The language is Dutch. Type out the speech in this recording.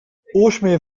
oorsmeer